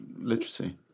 literacy